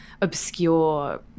obscure